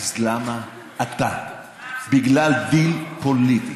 אז למה אתה, בגלל דיל פוליטי,